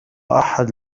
أحد